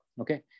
okay